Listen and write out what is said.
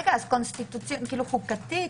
חוקתית